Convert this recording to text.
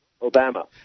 Obama